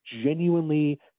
genuinely